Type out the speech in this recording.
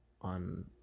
on